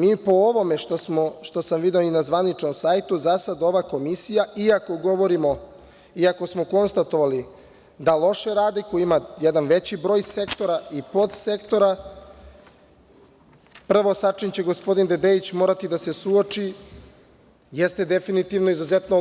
Mi po ovome što sam video i na zvaničnom sajtu, za sada ova Komisija, iako smo konstatovali da loše radi, koja ima jedan veći broj sektora i podsektora, prvo sa čim će gospodin Dedeić morati da se suoči jeste definitivno izuzetno